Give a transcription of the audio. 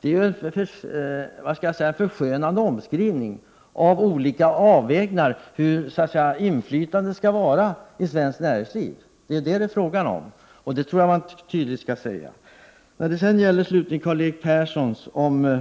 Det är en förskönande omskrivning för att vi gör olika avvägningar när det gäller vilket inflytande de anställda skall ha i svenskt näringsliv. Det är vad det är fråga om, och det tror jag att man tydligt skall säga. När det slutligen gäller Karl-Erik Perssons tal om